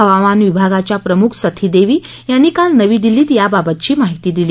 हवामान विभागाच्या प्रमुख सथी देवी यांनी काल नवी दिल्लीत याबाबतची माहिती दिली